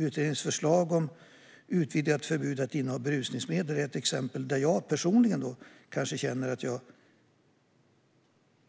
Utredningens förslag om utvidgat förbud mot att inneha berusningsmedel är ett exempel där jag personligen kanske känner att jag